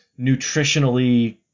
nutritionally